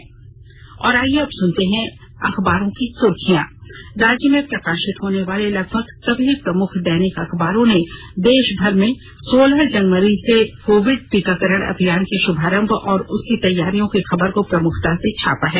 अब अखबारों की सुर्खियां और आईये अब सुनते हैं अखबारों की सुर्खियां राज्य में प्रकाशित होने वाले लगभग सभी प्रमुख दैनिक अखबारों ने देश भर में सोलह जनवरी से कोविड टीकाकरण अभियान के शुभारंभ और उसकी तैयारियों की खबर को प्रमुखता से छापा है